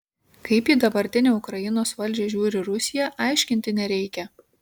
kaip į dabartinę ukrainos valdžią žiūri rusija aiškinti nereikia